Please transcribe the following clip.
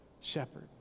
shepherd